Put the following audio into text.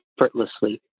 effortlessly